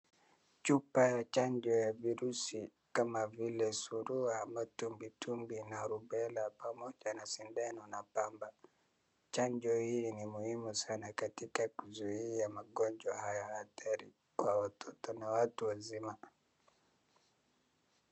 Chupa ya chanjo ya virusi kama vile surua, matumbwitumbwi na rubela pamoja na sindano na pamba. Chanjo hili ni muhimu sana katika kuzuia magonjwa haya ya hatari kwa watoto na watu wazima.